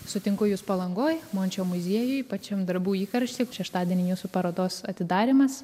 sutinku jus palangoj mončio muziejuj pačiam darbų įkaršty šeštadienį jūsų parodos atidarymas